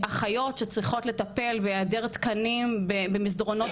הבעיה היא שיש אחיות שצריכות לטפל בהיעדר תקנים במסדרונות